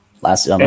last